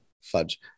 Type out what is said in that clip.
fudge